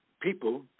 people